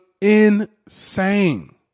insane